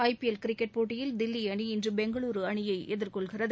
IPL cricket போட்டியில் தில்லி அணி இன்று பெங்களூரு அணியை எதிர்கொள்கிறது